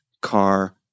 car